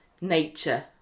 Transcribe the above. nature